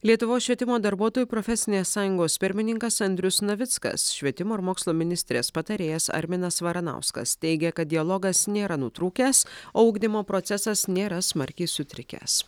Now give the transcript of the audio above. lietuvos švietimo darbuotojų profesinės sąjungos pirmininkas andrius navickas švietimo ir mokslo ministrės patarėjas arminas varanauskas teigia kad dialogas nėra nutrūkęs o ugdymo procesas nėra smarkiai sutrikęs